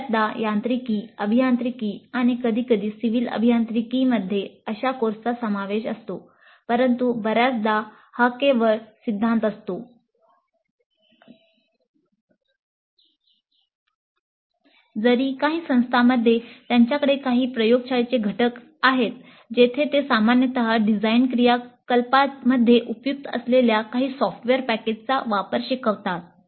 बर्याचदा यांत्रिकी अभियांत्रिकी आणि कधीकधी सिव्हिल अभियांत्रिकीमध्ये अशा कोर्सचा समावेश असतो परंतु बर्याचदा हा केवळ सिद्धांत असतो जरी काही संस्थांमध्ये त्यांच्याकडे काही प्रयोगशाळेचे घटक आहेत जेथे ते सामान्यत डिझाइन क्रियाकलापांमध्ये उपयुक्त असलेल्या काही सॉफ्टवेअर पॅकेजचा वापर शिकवतात